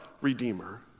redeemer